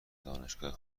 دانشگاه